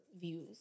views